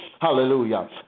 Hallelujah